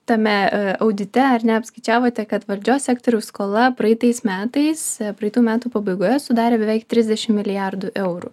tame audite ar ne apskaičiavote kad valdžios sektoriaus skola praeitais metais praeitų metų pabaigoje sudarė beveik trisdešim milijardų eurų